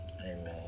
Amen